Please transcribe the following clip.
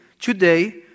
today